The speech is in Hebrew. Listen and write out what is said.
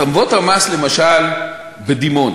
הטבות המס, למשל בדימונה,